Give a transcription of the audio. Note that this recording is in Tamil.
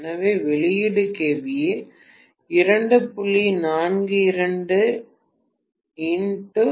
எனவே வெளியீடு kVA 2